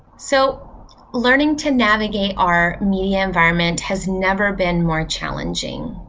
so learning to navigate our media environment has never been more challenging.